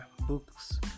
books